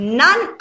none